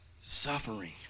suffering